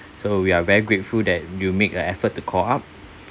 so we are very grateful that you make the effort to call up